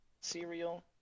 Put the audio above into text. cereal